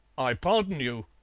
i pardon you,